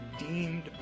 redeemed